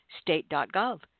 state.gov